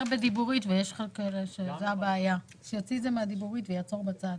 כי עודפי מענק איזון תלויים בעמידה ביעדי גביית הארנונה.